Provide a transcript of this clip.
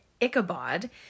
Ichabod